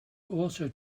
also